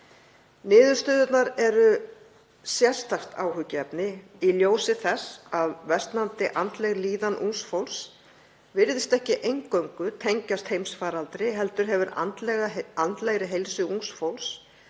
Niðurstöðurnar eru sérstakt áhyggjuefni í ljósi þess að versnandi andleg líðan ungs fólks virðist ekki eingöngu tengjast heimsfaraldri heldur hefur andleg heilsa ungs fólks